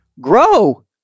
grow